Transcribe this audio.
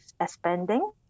expanding